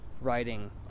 writing